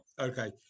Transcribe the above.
okay